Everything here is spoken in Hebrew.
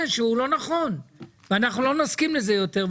שהוא לא נכון ואנחנו לא נסכים לזה יותר.